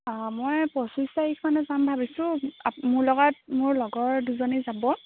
মই পঁচিছ তাৰিখ মানে যাম ভাবিছোঁ আপ মোৰ লগত মোৰ লগৰ দুজনী যাব